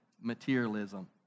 materialism